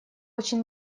очень